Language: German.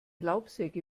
laubsäge